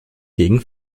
gegen